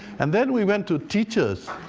and then we went to teachers.